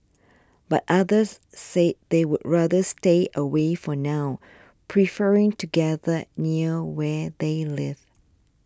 but others said they would rather stay away for now preferring to gather near where they live